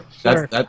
Sure